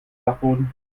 dachboden